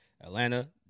Atlanta